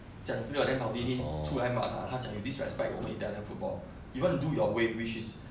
讲这个 then maldini 出来骂他他讲 you disrespect 我们 italian football you want to do your way which is